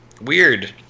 Weird